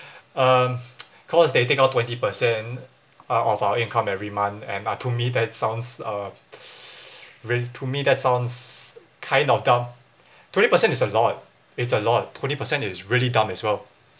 um cause they take out twenty percent uh of our income every month and uh to me that sounds uh really to me that sounds kind of dumb twenty percent is a lot it's a lot twenty percent is really dumb as well